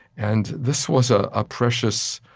and this was a ah precious